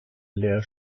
lehr